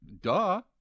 duh